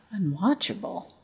Unwatchable